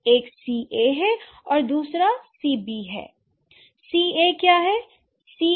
एक C a है और दूसरा C b है l C a क्या है